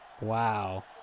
Wow